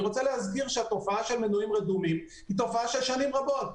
אני רוצה להזכיר שהתופעה של מנויים רדומים היא תופעה של שנים רבות.